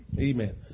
Amen